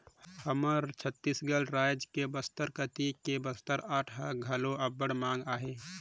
हमर छत्तीसगढ़ राज के बस्तर कती के बस्तर आर्ट ह घलो अब्बड़ मांग अहे